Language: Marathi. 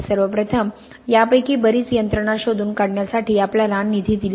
सर्व प्रथम यापैकी बरीच यंत्रणा शोधून काढण्यासाठी आपल्याला निधी दिला आहे